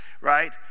right